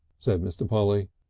said mr. polly.